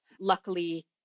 Luckily